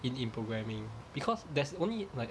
in in programming because there's only like